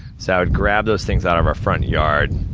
so, i would grab those things out of our front yard,